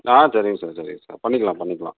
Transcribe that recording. ஆ சரிங்க சார் சரிங்க சார் பண்ணிக்கலாம் பண்ணிக்கலாம்